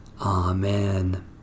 Amen